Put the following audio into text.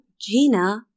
Gina